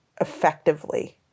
effectively